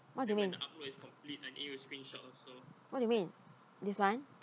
what do you mean what do you mean this one